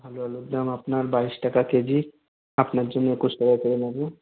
ভালো হবে ম্যাম আপনার বাইশ টাকা কেজি আপনার জন্য একুশ টাকা করে নেবো